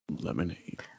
Lemonade